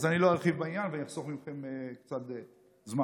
אז אני לא ארחיב בעניין ואחסוך מכם קצת זמן.